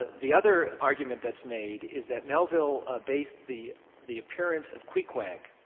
the other argument that's made is that melville ah based the the appearance of queequeg,